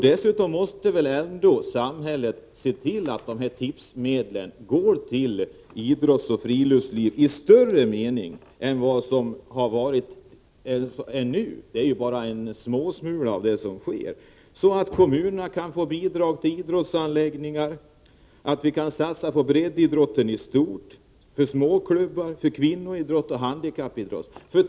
Dessutom måste väl ändå samhället se till, att tipsmedlen går till idrottsoch friluftsliv i vidare mening än nu — nu är det bara småsmulor som går dit — så att kommunerna kan få bidrag till idrottsanläggningar, så att vi kan satsa på breddidrott i stort, på småklubbar, och kvinnoidrott och handikappidrott.